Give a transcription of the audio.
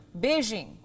Beijing